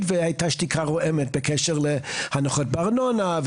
והייתה שתיקה רועמת בקשר להנחות בארנונה,